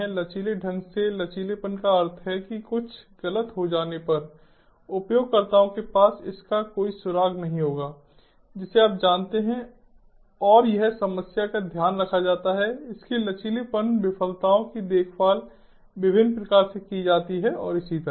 लचीले ढंग से लचीलेपन का अर्थ है कि कुछ गलत हो जाने पर उपयोगकर्ताओं के पास इसका कोई सुराग नहीं होगा जिसे आप जानते हैं और यह समस्या का ध्यान रखा जाता है इसके लचीलेपन विफलताओं की देखभाल विभिन्न प्रकार से की जाती है और इसी तरह